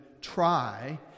try